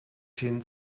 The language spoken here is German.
hin